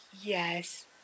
Yes